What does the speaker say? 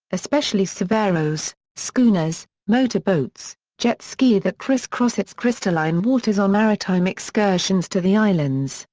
especially saveiros, schooners, motor boats, jet ski that criss-cross its crystalline waters on maritime excursions to the islands,